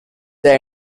they